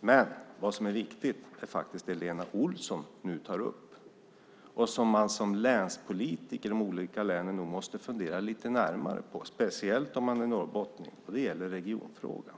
Men det som är viktigt är det som Lena Olsson nu tar upp och som man som länspolitiker i de olika länen nu måste fundera lite närmare på, speciellt om man är norrbottning. Det gäller regionfrågan.